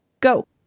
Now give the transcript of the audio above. go